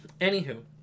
Anywho